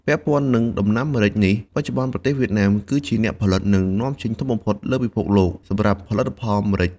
ពាក់ព័ន្ធនឹងដំណាំ ម្រេចនេះ បច្ចុប្បន្នប្រទេសវៀតណាម គឺជាអ្នកផលិត និងនាំចេញធំបំផុតនៅលើពិភព លោក សម្រាប់ផលិតផលម្រេច ។